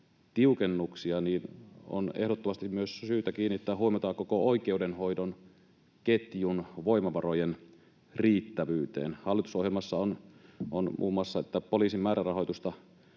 tiukennuksia, niin on ehdottomasti syytä kiinnittää huomiota myös koko oikeudenhoidon ketjun voimavarojen riittävyyteen. Hallitusohjelmassa on muun muassa, että poliisin määrärahoitusta